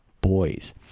boys